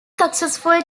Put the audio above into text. successful